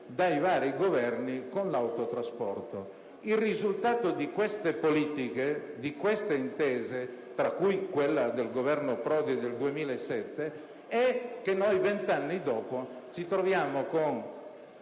dai vari Governi con l'autotrasporto: il risultato di tali politiche e di tali intese (tra cui quella del Governo Prodi del 2007) è che, vent'anni dopo, ci troviamo ad